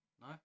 No